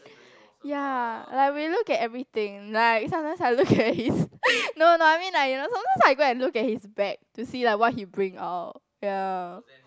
ya like we look at everything like sometimes I look at his no no I mean like you know sometimes I go and look at his bag to see like what he bring out ya